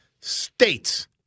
States